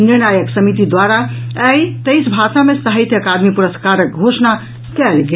निर्णायक समिति द्वारा आइ तेईस भाषा मे साहित्य अकादमी पुरस्कारक घोषणा कयल गेल